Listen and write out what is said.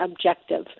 objective